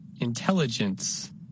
Intelligence